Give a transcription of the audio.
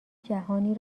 جهانی